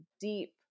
deep